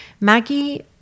Maggie